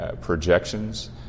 projections